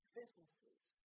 businesses